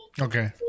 Okay